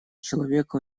человека